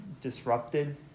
disrupted